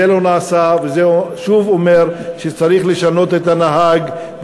זה לא נעשה, וזה שוב אומר שצריך לשנות את הנהג.